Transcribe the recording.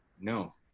No